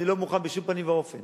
אני לא מוכן בשום פנים ואופן